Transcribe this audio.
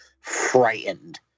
frightened